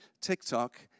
TikTok